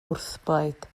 wrthblaid